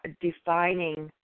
defining